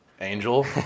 Angel